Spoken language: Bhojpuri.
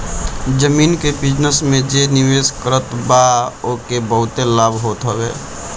जमीन के बिजनस में जे निवेश करत बा ओके बहुते लाभ होत हवे